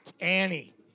Annie